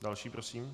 Další prosím.